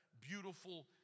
beautiful